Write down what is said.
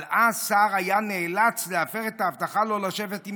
אבל אז סער היה נאלץ להפר את ההבטחה לא לשבת עם